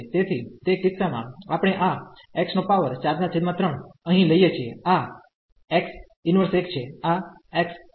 તેથી તે કિસ્સામાં આપણે આ x43 અહીં લઈએ છીએ આ x 1 છે આ x છે